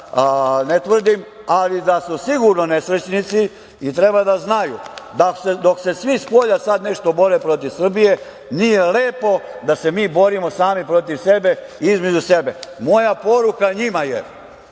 ne tvrdim, ali da su sigurno nesrećnici i treba da znaju da dok se svi spolja sada nešto bore protiv Srbije nije lepo da se mi borimo sami protiv sebe i između sebe. Moja poruka njima je